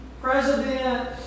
president